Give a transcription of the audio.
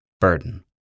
burden